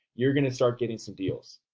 you're going to start getting some deals.